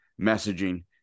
messaging